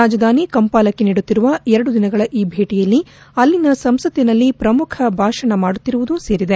ರಾಜಧಾನಿ ಕಂಪಾಲಕ್ಕೆ ನೀಡುತ್ತಿರುವ ಎರಡು ದಿನಗಳ ಈ ಭೇಟಿಯಲ್ಲಿ ಅಲ್ಲಿನ ಸಂಸತ್ತಿನಲ್ಲಿ ಪ್ರಮುಖ ಭಾಷಣ ಮಾಡುತ್ತಿರುವುದೂ ಸೇರಿದೆ